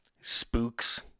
spooks